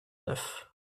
neuf